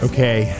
Okay